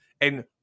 And-